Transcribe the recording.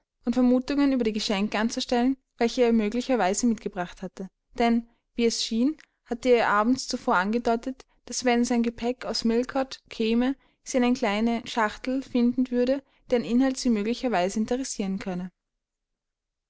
und vermutungen über die geschenke anzustellen welche er ihr möglicherweise mitgebracht hatte denn wie es schien hatte er ihr abends zuvor angedeutet daß wenn sein gepäck aus millcote käme sie eine kleine schachtel finden würde deren inhalt sie möglicherweise interessieren könne